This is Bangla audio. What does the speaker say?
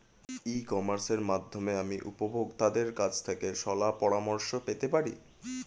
ই কমার্সের মাধ্যমে আমি উপভোগতাদের কাছ থেকে শলাপরামর্শ পেতে পারি?